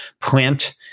plant